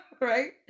Right